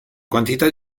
quantità